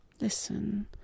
Listen